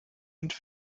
und